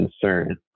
concern